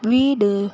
வீடு